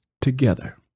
together